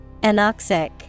Anoxic